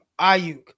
Ayuk